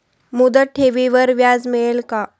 मुदत ठेवीवर व्याज मिळेल का?